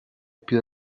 più